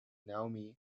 naomi